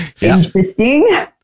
Interesting